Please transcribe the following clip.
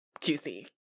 juicy